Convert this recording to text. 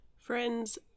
Friends